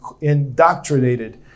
indoctrinated